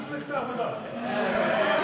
רשות הדיבור לחבר הכנסת זאב אלקין.